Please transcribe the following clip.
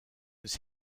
was